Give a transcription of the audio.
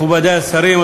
מכובדי השרים,